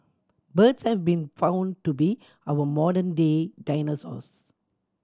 birds have been found to be our modern day dinosaurs